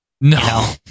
No